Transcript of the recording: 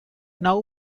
now